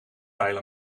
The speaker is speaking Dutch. pijl